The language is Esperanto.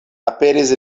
aperis